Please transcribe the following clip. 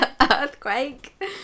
earthquake